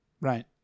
Right